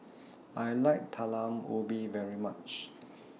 I like Talam Ubi very much